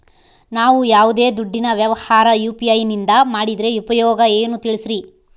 ನಾವು ಯಾವ್ದೇ ದುಡ್ಡಿನ ವ್ಯವಹಾರ ಯು.ಪಿ.ಐ ನಿಂದ ಮಾಡಿದ್ರೆ ಉಪಯೋಗ ಏನು ತಿಳಿಸ್ರಿ?